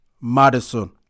Madison